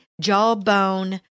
jawbone